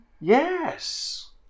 Yes